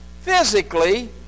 physically